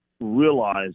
realize